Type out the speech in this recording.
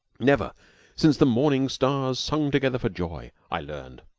never since the morning stars sung together for joy, i learned,